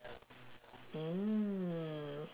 mm